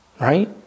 Right